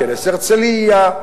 כנס הרצלייה,